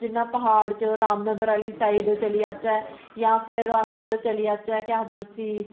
जियां प्हाड़ च रामनगर आह्ली साइड चली जाचै जां फिर अस उद्धर चली जाचै केह् आखदे उसी